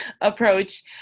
approach